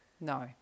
No